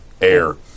air